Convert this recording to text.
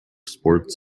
sports